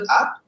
app